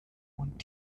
und